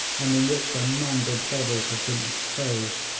and in which their mangled bodies had been exposed.